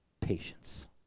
patience